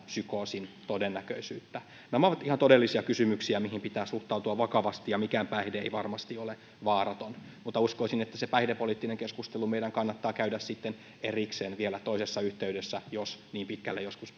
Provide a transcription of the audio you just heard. psykoosin todennäköisyyttä nämä ovat ihan todellisia kysymyksiä mihin pitää suhtautua vakavasti ja mikään päihde ei varmasti ole vaaraton mutta uskoisin että se päihdepoliittinen keskustelu meidän kannattaa käydä sitten erikseen vielä toisessa yhteydessä jos niin pitkälle joskus